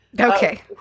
Okay